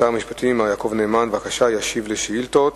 שר המשפטים מר יעקב נאמן ישיב על שאילתות,